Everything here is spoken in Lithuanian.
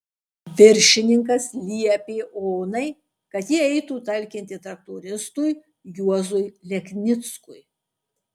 viršininkas liepė onai kad ji eitų talkinti traktoristui juozui leknickui